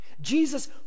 Jesus